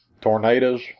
tornadoes